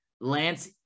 Lance